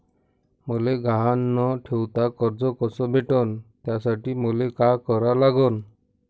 मले गहान न ठेवता कर्ज कस भेटन त्यासाठी मले का करा लागन?